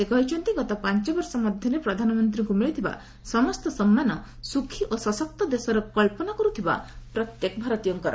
ସେ କହିଛନ୍ତି ଗତ ପାଞ୍ଚବର୍ଷ ମଧ୍ୟରେ ପ୍ରଧାନମନ୍ତ୍ରୀଙ୍କୁ ମିଳିଥିବା ସମସ୍ତ ସମ୍ମାନ ସୁଖୀ ଓ ସଶକ୍ତ ଦେଶର କଳ୍ପନା କରୁଥିବା ପ୍ରତ୍ୟେକ ଭାରତୀୟଙ୍କର